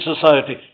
society